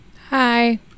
Hi